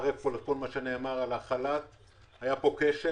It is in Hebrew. כשל